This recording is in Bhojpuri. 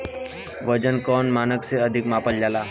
वजन कौन मानक से मापल जाला?